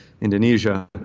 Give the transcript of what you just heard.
Indonesia